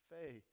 faith